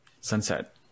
sunset